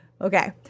Okay